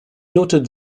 noted